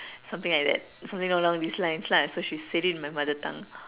something like that something along these lines lah so she said it in my mother tongue